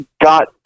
got